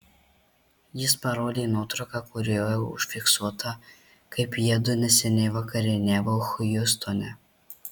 jis parodė nuotrauką kurioje užfiksuota kaip jiedu neseniai vakarieniavo hjustone